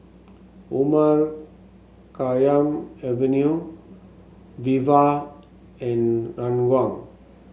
Omar Khayyam Avenue Viva and Ranggung